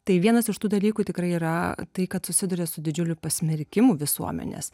tai vienas iš tų dalykų tikrai yra tai kad susiduria su didžiuliu pasmerkimu visuomenės